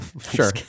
sure